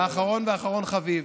האחרון והאחרון חביב.